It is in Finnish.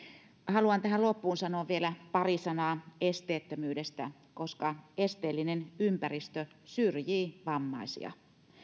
haluan tähän loppuun sanoa vielä pari sanaa esteettömyydestä koska esteellinen ympäristö syrjii vammaisia